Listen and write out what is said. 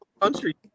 country